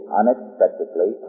unexpectedly